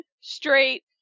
straight